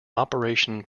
operation